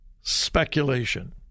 speculation